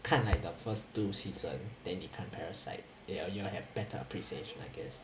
看 like the first two season then 你看 parasite ya you will have better appreciation I guess